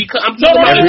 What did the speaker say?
no